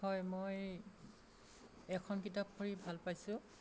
হয় মই এখন কিতাপ পঢ়ি ভাল পাইছোঁ